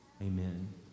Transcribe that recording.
Amen